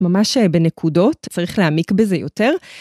ממש בנקודות, צריך להעמיק בזה יותר.